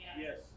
Yes